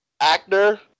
actor